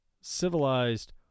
civilized